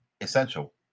essential